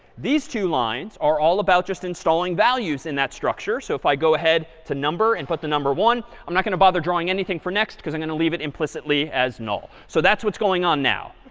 these two lines are all about just installing values in that structure. so if i go ahead to number and put the number one, i'm not going to bother drawing anything for next, because i'm going to leave it implicitly as null. so that's what's going on now.